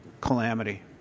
Calamity